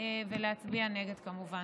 ולהצביע נגדה, כמובן.